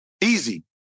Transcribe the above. Easy